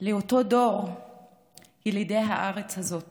לאותו דור של ילידי הארץ הזאת